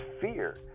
fear